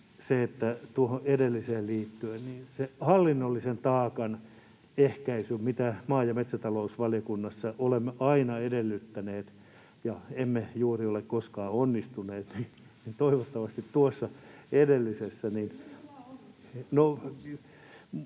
heitä —, että se hallinnollisen taakan ehkäisy, mitä maa- ja metsätalousvaliokunnassa olemme aina edellyttäneet ja emme juuri ole koskaan onnistuneet, niin toivottavasti tuossa edellisessä...